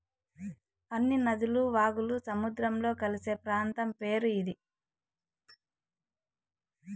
అన్ని నదులు వాగులు సముద్రంలో కలిసే ప్రాంతం పేరు ఇది